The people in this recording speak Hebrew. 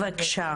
בבקשה.